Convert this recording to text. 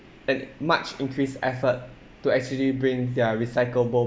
and much increased effort to actually bring their recyclable